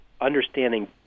understanding